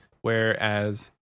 Whereas